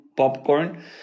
Popcorn